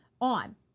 on